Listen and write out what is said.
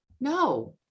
No